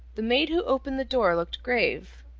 the maid who opened the door looked grave,